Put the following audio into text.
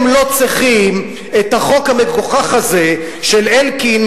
הם לא צריכים את החוק המגוחך הזה של אלקין,